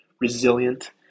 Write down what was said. resilient